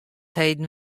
heden